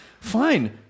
Fine